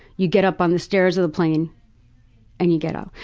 you get up on the stairs of the plane and you get up.